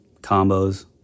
combos